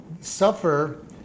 suffer